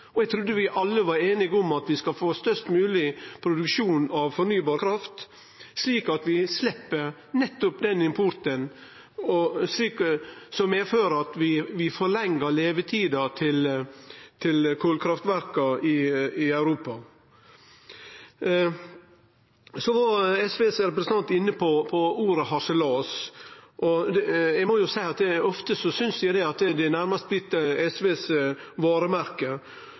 Eg trudde vi alle var einige om at vi skal få størst mogleg produksjon av fornybar kraft, slik at vi slepp nettopp den importen som medfører at vi forlengjer levetida til kolkraftverka i Europa. Så var representanten frå SV inne på ordet «harselas». Eg må seie at eg ofte synest det nærmast er blitt varemerket til SV. Det er ikkje slik at